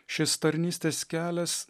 šis tarnystės kelias